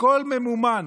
הכול ממומן.